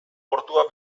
portua